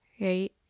Right